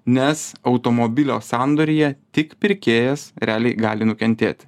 nes automobilio sandoryje tik pirkėjas realiai gali nukentėt